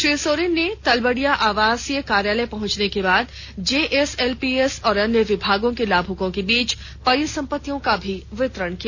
श्री सोरेन ने तलबडिया आवासीय कार्यालय पहुंचने के बाद जेएसएलपीएस और अन्य विभागों के लाभुकों के बीच परिसंपत्तियों का भी वितरण किया